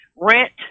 rent